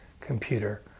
computer